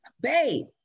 babe